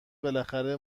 بالاخره